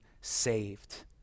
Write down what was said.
saved